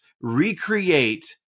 recreate